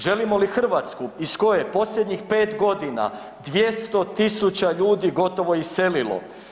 Želimo li Hrvatsku iz koje posljednjih 5 godina 200.000 ljudi gotovo iselilo.